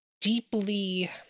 deeply